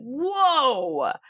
whoa